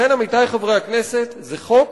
לכן, עמיתי חברי הכנסת, זה חוק